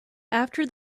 after